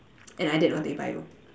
and I did not take Bio